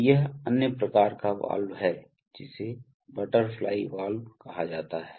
तो यह अन्य प्रकार का वाल्व है जिसे बटरफ्लाई वाल्व कहा जाता है